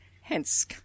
hence